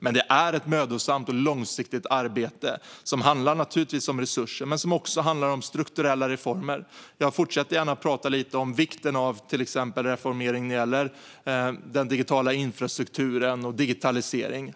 Men det är ett mödosamt och långsiktigt arbete som naturligtvis handlar om resurser men också om strukturella reformer. Jag fortsätter gärna att prata lite om exempelvis vikten av reformering när det gäller digital infrastruktur och digitalisering.